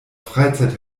freizeit